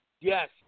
yes